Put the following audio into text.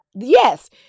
Yes